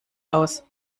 aus